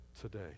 today